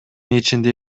ичинде